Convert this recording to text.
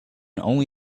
only